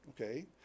Okay